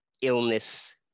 illness